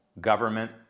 Government